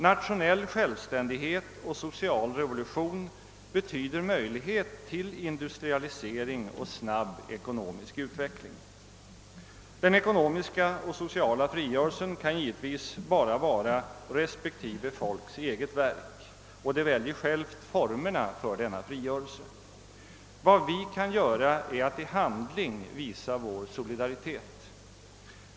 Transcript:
Nationell självständighet och social revolution betyder möjlighet till industrialisering och snabb ekonomisk utveckling. Den ekonomiska och sociala frigörelsen kan givetvis bara vara respektive folks eget verk, och det väljer självt formerna för denna frigörelse. Vad vi kan göra är att i handling visa vår solidaritet.